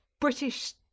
British